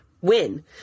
win